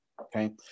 Okay